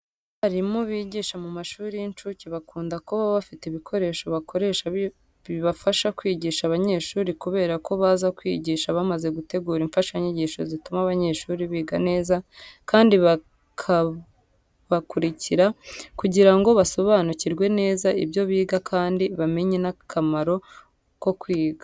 Abarimu bigisha mu mashuri y'incuke bakunda kuba bafite ibikoresho bakoresha bibafasha kwigisha abanyeshuri kubera ko baza kwigisha bamaze gutegura imfashanyigisho zituma abanyeshuri biga neza kandi bakabakurikira kugira ngo basobanukirwe neza ibyo biga kandi bamenye n'akamaro ko kwiga.